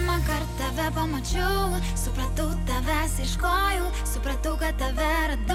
vakar tave pamačiau supratau tavęs ieškojau supratau kad tave radau